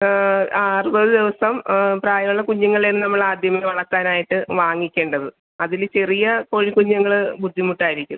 ആ അറുപത് ദിവസം പ്രായം ഉള്ള കുഞ്ഞുങ്ങളെ നമ്മളാദ്യം വളർത്താനായിട്ട് വാങ്ങിക്കേണ്ടത് അതിൽ ചെറിയ കോഴി കുഞ്ഞുങ്ങൾ ബുദ്ധിമുട്ടായിരിക്കും